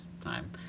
time